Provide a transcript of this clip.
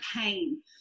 pain